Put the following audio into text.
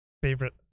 favorite